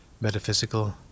Metaphysical